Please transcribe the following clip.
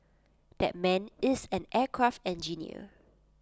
that man is an aircraft engineer